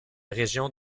région